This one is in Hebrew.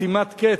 שימת קץ,